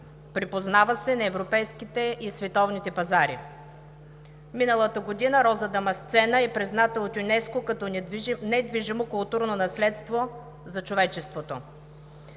припознава се на европейските и световните пазари. Миналата година Роза дамасцена е призната от ЮНЕСКО като недвижимо културно наследство за човечеството.